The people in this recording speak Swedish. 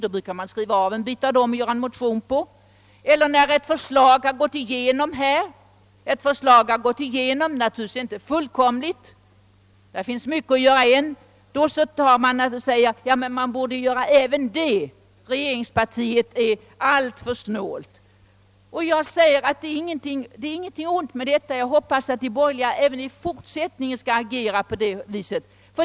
De borgerliga brukar skriva av en bit av direktiven och göra en motion av det. När ett förslag redan gått igenom — de förslag vi nu åberopar i utlåtandet är naturligtvis inte fullkomliga ty här finns mycket att göra än — säger man att även de och de åtgärderna bort vidtas; regeringspartiet är alltför snålt. Det är ingenting ont i detta; jag hoppas att de borgerliga även i fortsättningen skall agera på det viset.